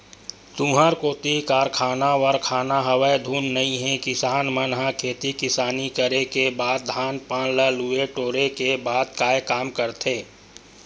तुँहर कोती कारखाना वरखाना हवय धुन नइ हे किसान मन ह खेती किसानी करे के बाद धान पान ल लुए टोरे के बाद काय काम करथे?